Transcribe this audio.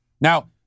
Now